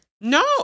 No